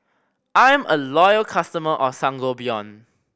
I am a loyal customer of Sangobion